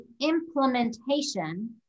implementation